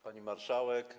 Pani Marszałek!